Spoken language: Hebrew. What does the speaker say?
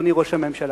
אדוני ראש הממשלה.